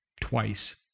twice